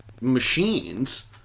machines